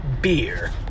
beer